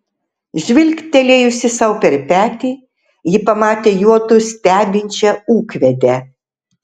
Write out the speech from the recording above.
žvilgtelėjusi sau per petį ji pamatė juodu stebinčią ūkvedę